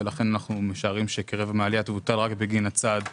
ולכן אנחנו משערים שכרבע מהעלייה תבוטל רק בגין הצעד הזה.